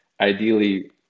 ideally